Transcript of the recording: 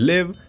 Live